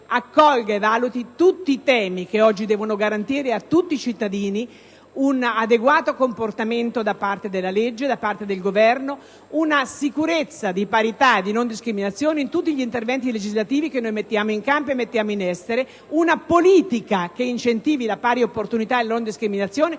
accolga e valuti tutti i temi che oggi devono garantire a tutti i cittadini un adeguato comportamento da parte della legge, da parte del Governo, una sicurezza di parità e di non discriminazione in tutti gli interventi legislativi che mettiamo in essere, una politica che incentivi la pari opportunità e la non discriminazione